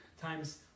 times